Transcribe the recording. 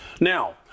Now